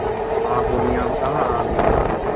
अहाँ पूर्णियामे कहाँ अहाँके घर भेल